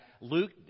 Luke